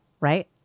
Right